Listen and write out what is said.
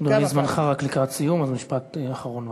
אדוני, זמנך לקראת סיום, אז משפט אחרון בבקשה.